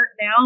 now